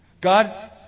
God